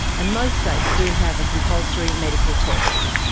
and most states do have a compulsory medical test.